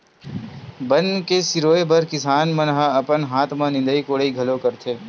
बन के सिरोय बर किसान मन ह अपन हाथ म निंदई कोड़ई घलो करथे